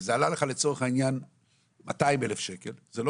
וזה עלה לך לצורך העניין 200 אלף שקל - זה לא